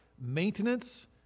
maintenance